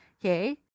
Okay